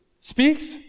speaks